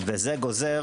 וזה גוזר